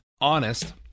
honest